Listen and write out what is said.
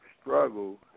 struggle